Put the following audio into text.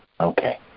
Okay